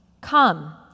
Come